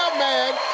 man!